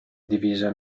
divise